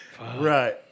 Right